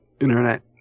internet